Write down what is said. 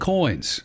Coins